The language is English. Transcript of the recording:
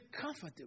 comfortable